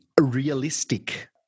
Realistic